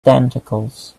tentacles